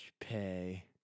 pay